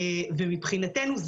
ומבחינתנו,